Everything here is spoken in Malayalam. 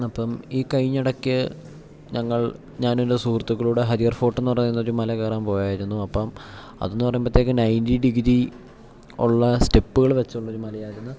അപ്പം ഈ കഴിഞ്ഞ ഇടയ്ക്ക് ഞങ്ങൾ ഞാൻ എൻ്റെ സുഹൃത്തുക്കളൂടെ ഹരിയർ ഫോർട്ട് പറയുന്ന ഒരു മല കയറാൻ പോയായിരുന്നു അപ്പം അതെന്ന് പറയുമ്പോഴത്തേക്ക് നയൻ്റി ഡിഗ്രി ഉള്ള സ്റ്റെപ്പുകൾ വച്ചുള്ള ഒരു മലയായിരുന്നു